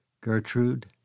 Gertrude